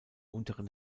unteren